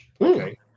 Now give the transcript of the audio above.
Okay